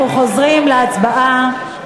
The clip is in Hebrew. אנחנו חוזרים להצבעה.